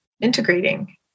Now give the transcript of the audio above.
integrating